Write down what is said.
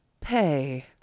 Pay